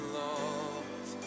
love